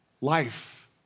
Life